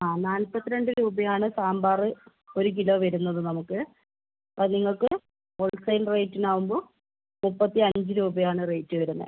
ആ നാല്പത്തിരണ്ട് രൂപയാണ് സാമ്പാറ് ഒരു കിലോ വരുന്നത് നമുക്ക് അപ്പോൾ നിങ്ങൾക്ക് ഹോൾസെയിൽ റേറ്റിനാകുമ്പോൾ മുപ്പത്തിയഞ്ച് രൂപയാണ് റേറ്റ് വരുന്നത്